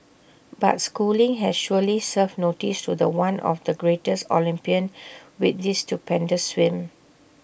but schooling has surely served notice to The One of the greatest Olympian with this stupendous swim